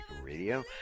Radio